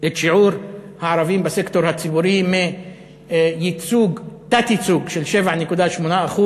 את שיעור הערבים בסקטור הציבורי מתת-ייצוג של 7.8%,